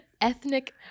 Ethnic